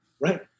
Right